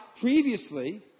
previously